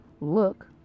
look